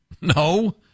No